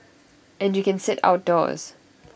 and you can sit outdoors